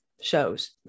shows